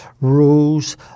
rules